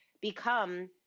become